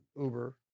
uber